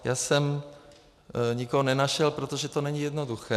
Já jsem nikoho nenašel, protože to není jednoduché.